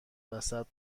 وسط